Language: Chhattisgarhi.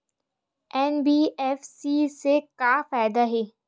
एन.बी.एफ.सी से का फ़ायदा हे?